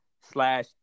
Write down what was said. slash